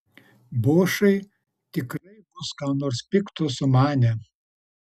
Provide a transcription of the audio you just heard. bošai tikrai bus ką nors pikto sumanę